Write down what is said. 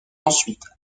ensuite